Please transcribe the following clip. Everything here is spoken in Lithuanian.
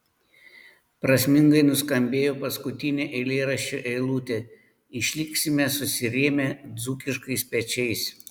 prasmingai nuskambėjo paskutinė eilėraščio eilutė išliksime susirėmę dzūkiškais pečiais